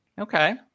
Okay